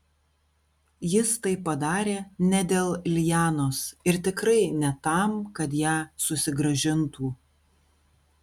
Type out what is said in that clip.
jis tai padarė ne dėl lianos ir tikrai ne tam kad ją susigrąžintų